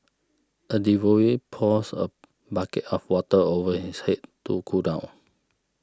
a devotee pours a bucket of water over his head to cool down